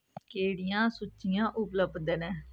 केह्ड़ियां सूचियां उपलब्ध न